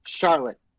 Charlotte